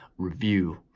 Review